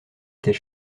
était